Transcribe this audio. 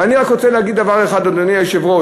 אני רוצה להגיד רק דבר אחד, אדוני היושב-ראש.